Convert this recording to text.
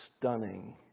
stunning